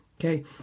okay